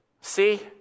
see